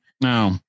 No